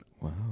Wow